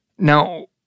Now